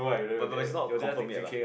but but but it's not confirmed yet lah